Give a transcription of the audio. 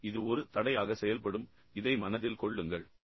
இப்போது இது ஒரு தடையாக செயல்படும் எனவே இதை மனதில் கொள்ளுங்கள்